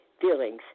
feelings